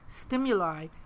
stimuli